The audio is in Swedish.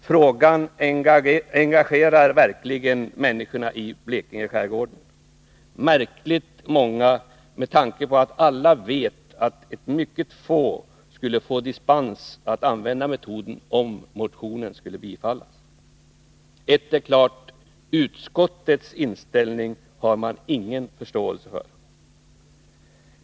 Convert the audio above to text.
Frågan engagerar verkligen människorna i Blekingeskärgården — märkligt många med tanke på att alla vet att mycket få skulle få dispens för att använda metoden, om motionen skulle bifallas. Ett är klart: Utskottets inställning har man ingen förståelse för.